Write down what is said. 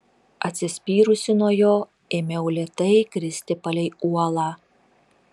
atsispyrusi nuo jo ėmiau lėtai kristi palei uolą